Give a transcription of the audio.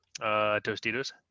Tostitos